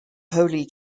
holy